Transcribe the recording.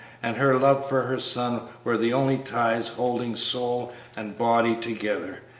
and her love for her son were the only ties holding soul and body together,